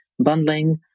bundling